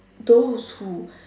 those who